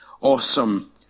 awesome